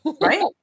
Right